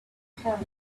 heart